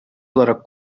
olarak